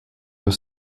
your